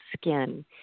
skin